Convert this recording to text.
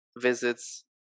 visits